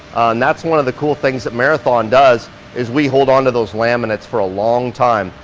that's one of the cool things that marathon does is we hold onto those laminates for a long time.